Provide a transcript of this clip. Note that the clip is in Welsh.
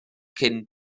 cyn